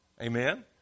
Amen